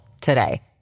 today